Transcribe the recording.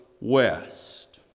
west